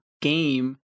game